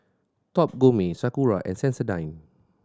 Top Gourmet Sakura and Sensodyne